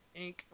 Inc